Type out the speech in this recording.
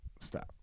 Stop